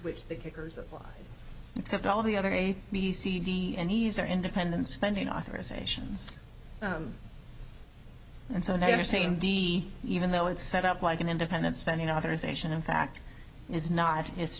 which the kicker's applies except all the other a midi cd and e s are independent spending authorizations and so now you're saying d even though it's set up like an independent spending authorization in fact it's not it's